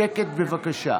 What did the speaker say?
שקט, בבקשה.